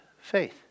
Faith